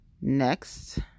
Next